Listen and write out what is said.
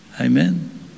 Amen